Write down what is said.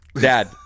Dad